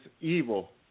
evil